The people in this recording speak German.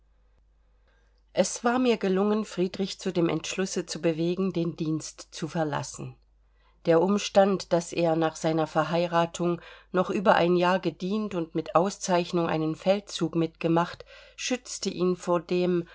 es war mir gelungen friedrich zu dem entschlusse zu bewegen den dienst zu verlassen der umstand daß er nach seiner verheiratung noch über ein jahr gedient und mit auszeichnung einen feldzug mitgemacht schützte ihn vor dem